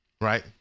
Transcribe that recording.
Right